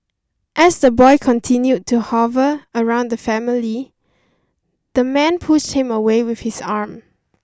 as the boy continued to hover around the family the man pushed him away with his arm